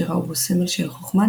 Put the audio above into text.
שראו בו סמל של חכמה,